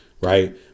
Right